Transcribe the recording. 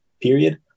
period